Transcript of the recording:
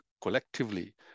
collectively